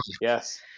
yes